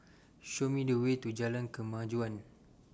Show Me The Way to Jalan Kemajuan